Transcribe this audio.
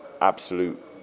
Absolute